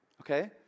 Okay